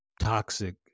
toxic